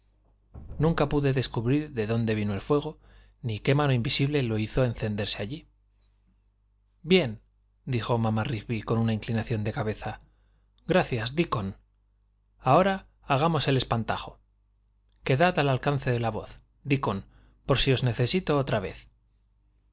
nunca pude descubrir de dónde vino el fuego ni qué mano invisible lo hizo encenderse allí bien dijo mamá rigby con una inclinación de cabeza gracias dickon ahora hagamos el espantajo quedad al alcance de la voz dickon por si os necesito otra vez